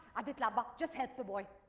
adithaya but just help the boy.